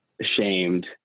ashamed